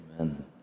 Amen